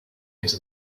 into